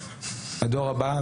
הדור הבא,